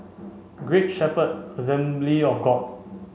Great Shepherd Assembly of God